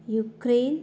Ukraine